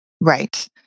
Right